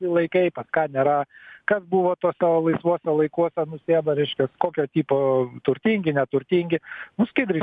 laikai pas ką nėra kas buvo tuose laisvuose laikuose nusėda reiškias kokio tipo turtingi neturtingi nu skaidri